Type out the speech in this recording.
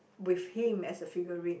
with him as a figurine